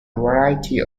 variety